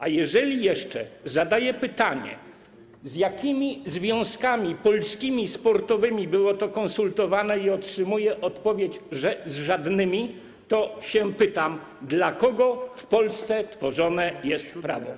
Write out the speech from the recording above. A jeżeli jeszcze zadaję pytanie, z jakimi polskimi związkami sportowymi było to konsultowane i otrzymuję odpowiedź, że z żadnymi, to pytam, dla kogo w Polsce tworzone jest prawo.